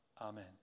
Amen